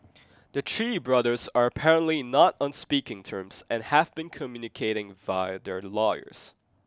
the Chee brothers are apparently not on speaking terms and have been communicating via their lawyers